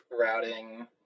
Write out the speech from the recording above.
routing